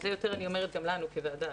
את זה אני אומרת לנו כוועדה,